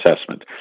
assessment